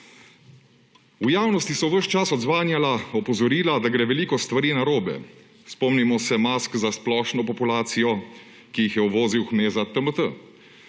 V javnosti so ves čas odzvanjala opozorila, da gre veliko stvari narobe. Spomnimo se mask za splošno populacijo, ki jih je uvozil Kmezad − TMT.